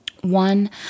One